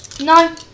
No